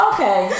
Okay